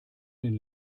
den